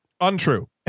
Untrue